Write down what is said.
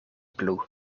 plu